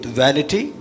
vanity